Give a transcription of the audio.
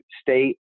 state